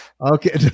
Okay